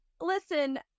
listen